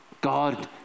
God